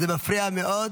זה מפריע מאוד.